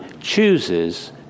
chooses